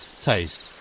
taste